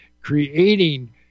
creating